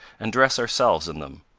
and dress ourselves in them,